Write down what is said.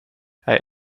hij